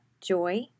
Joy